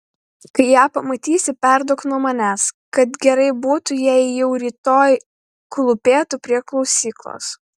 kai ją pamatysi perduok nuo manęs kad gerai būtų jei ji jau rytoj klūpėtų prie klausyklos